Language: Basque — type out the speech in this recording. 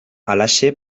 halaxe